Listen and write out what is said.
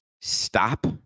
stop